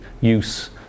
use